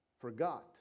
forgot